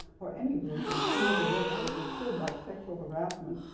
or any group, in schools or workplaces should, like sexual harassment,